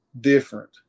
different